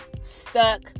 stuck